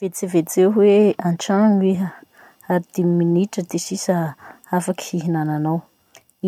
Vetsivetseo hoe antrano iha ary dimy minitra ty sisa afaky hihinanao.